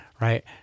Right